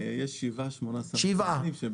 7-8 סמנ"כלים.